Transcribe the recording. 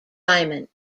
diamond